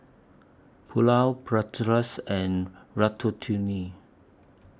Pulao Bratwurst and Ratatouille